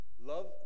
Love